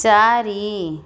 ଚାରି